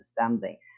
understanding